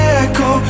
echo